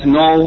no